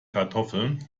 kartoffeln